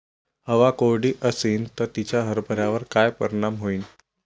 हवा कोरडी अशीन त तिचा हरभऱ्यावर काय परिणाम होईन?